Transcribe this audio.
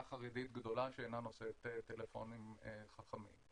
חרדית גדולה שאינה נושאת טלפונים חכמים.